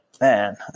man